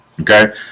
Okay